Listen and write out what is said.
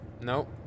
no